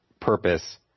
purpose